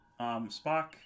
Spock